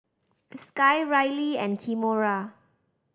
Sky Rylie and Kimora